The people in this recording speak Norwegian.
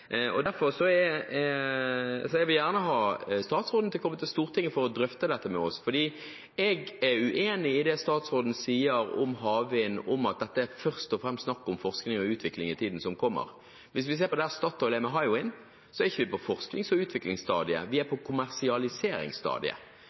Jeg vil gjerne at statsråden kommer til Stortinget for å drøfte dette med oss, for jeg er uenig i det statsråden sier om havvind, og at dette først og fremst er snakk om forskning og utvikling i tiden som kommer. Hvis vi ser på hvor Statoil er med Hywind-prosjektet, er vi ikke på forsknings- og utviklingsstadiet. Vi er på kommersialiseringsstadiet.